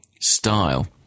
style